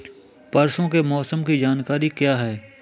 परसों के मौसम की जानकारी क्या है?